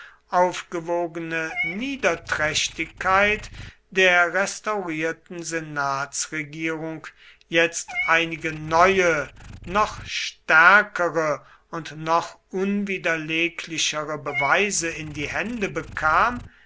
aufgewogene niederträchtigkeit der restaurierten senatsregierung jetzt einige neue noch stärkere und noch unwiderleglichere beweise in die hände bekam